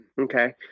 Okay